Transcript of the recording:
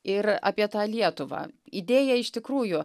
ir apie tą lietuvą idėja iš tikrųjų